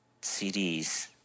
CDs